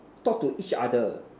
talk to each other